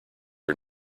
are